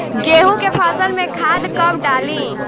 गेहूं के फसल में खाद कब डाली?